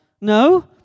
No